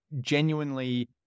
genuinely